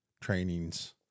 trainings